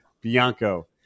Bianco